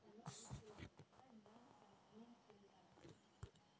ಒಟ್ಟಿಗೆ ಗಿಡ ಬೆಳೆಸುವಾಗ ಬಳ್ಳಿ ಗಿಡದ ಒಟ್ಟಿಗೆ ಬೇರೆ ಗಿಡ ಹಾಕುದ?